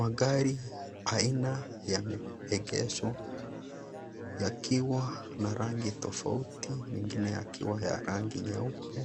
Magari aina yameegeshwa yakiwa na rangi tofauti mengine yakiwa ya rangi nyeupe ,